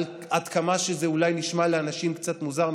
עד כמה שזה אולי נשמע לאנשים קצת מוזר,